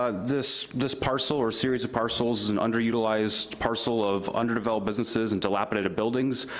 ah this this parcel or series of parcels is an underutilized parcel of underdeveloped businesses and dilapidated buildings.